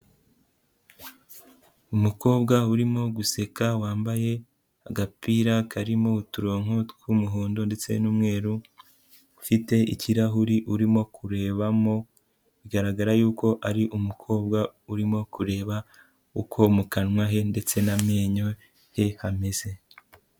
Umukobwa urimo guseka, wambaye agapira karimo uturonko tw'umuhondo ndetse n'umweru, ufite ikirahuri urimo kurebamo, bigaragara yuko ari umukobwa urimo kureba uko mu kanwa he ndetse n'amenyo ye hameze.